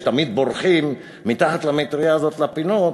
שתמיד בורחים מתחת למטרייה הזאת לפינות,